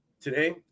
today